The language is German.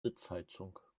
sitzheizung